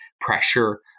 pressure